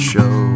Show